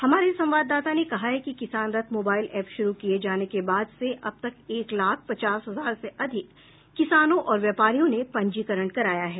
हमारे संवाददाता ने कहा है कि किसान रथ मोबाइल ऐप शुरू किये जाने के बाद से अब तक एक लाख पचास हजार से अधिक किसानों और व्यापारियों ने पंजीकरण कराया है